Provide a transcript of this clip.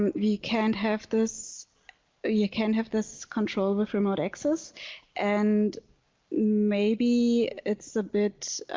um you can't have this ah you can't have this control with remote access and maybe it's a bit